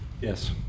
Yes